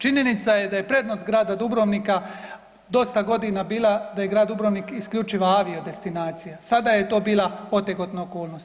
Činjenica je da je prednost grada Dubrovnika dosta godina bila da je grad Dubrovnik isključiva avio destinacija, sada je to bila otegotna okolnost.